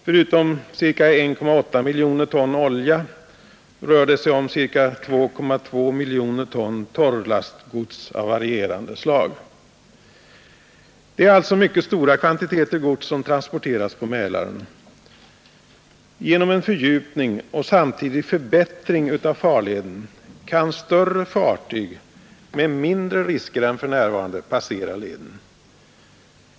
Förutom ca 1,8 miljoner ton olja rör det sig om ca 2,2 miljoner ton torrlastgods av varierande slag. Det är alltså mycket stora kvantiteter gods som transporteras på Mälaren. Genom en fördjupning och samtidig förbättring av farleden kan större fartyg med mindre risker än för närvarande passera leden.